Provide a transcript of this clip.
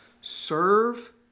serve